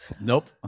Nope